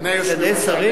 סגני שרים?